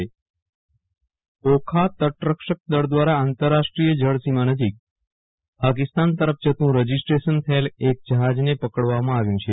વિરલ રાણા ઓખા તટરક્ષકદળ દ્વારા આંતરરાષ્ટ્રીય જળ સીમા નજીક પાકિસ્તાન તરફ જતું રજીસ્ટ્રેશન થયેલ એક જ્યાજને પકડવામાં આવ્યું છે